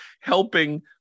helping